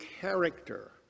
character